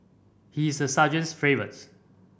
he is the sergeant's favourites